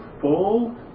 full